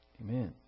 Amen